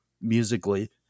musically